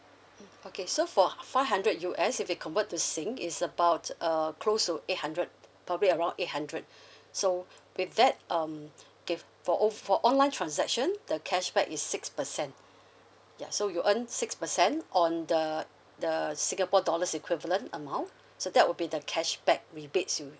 mm okay so for five hundred U_S if it convert to sing is about err close to eight hundred probably around eight hundred so with that um give for on for online transaction the cashback is six percent ya so you earn six percent on the the singapore dollars equivalent amount so that will be the cashback rebates you